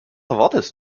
erwartest